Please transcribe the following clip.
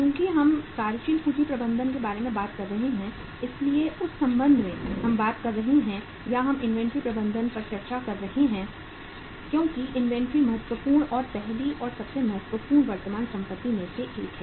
चूंकि हम कार्यशील पूंजी प्रबंधन के बारे में बात कर रहे हैं इसलिए उस संबंध में हम बात कर रहे हैं या हम इन्वेंट्री प्रबंधन पर चर्चा कर रहे हैं क्योंकि इन्वेंट्री महत्वपूर्ण और पहली और सबसे महत्वपूर्ण वर्तमान संपत्ति में से एक है